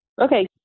Okay